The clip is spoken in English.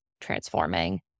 transforming